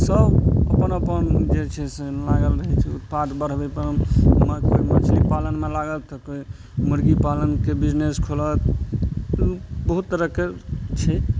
सब अपन अपन जे छै से लागल रहै छै उत्पाद बढ़बै पर मछली पालनमे लागत तऽ कोइ मुर्गी पालनके बिजनेस खोलत तऽ बहुत तरहके छै